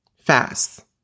fast